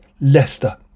Leicester